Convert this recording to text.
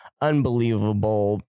unbelievable